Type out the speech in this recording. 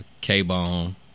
K-Bone